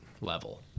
level